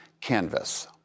Canvas